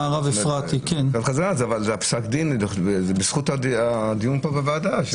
זה בזכות הדיון פה בוועדה.